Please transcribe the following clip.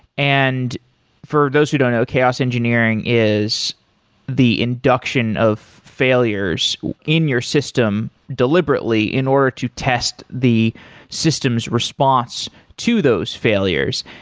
and for those who don't know, chaos engineering is the induction of failures in your system deliberately in order to test the system's response to those failures,